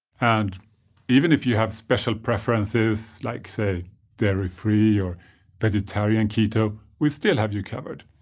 and even if you have special preferences like say dairy-free or vegetarian keto, we still have you covered.